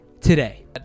today